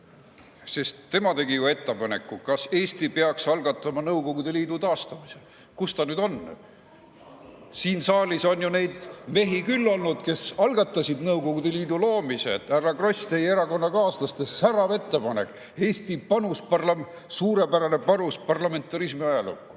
Tema tegi ju ettepaneku, et Eesti peaks algatama Nõukogude Liidu taastamise. Kus ta nüüd on? Siin saalis on olnud neid mehi küll, kes algatasid Nõukogude Liidu loomise. Härra Kross, teie erakonnakaaslaste särav ettepanek [oli] Eesti panus, suurepärane panus parlamentarismi ajalukku.